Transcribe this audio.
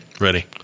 Ready